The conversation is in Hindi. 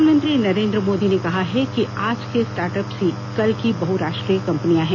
प्रधानमंत्री नरेन्द्र मोदी ने कहा है कि आज के स्टार्टअप्स ही कल की बहुराष्ट्रीय कंपनियां हैं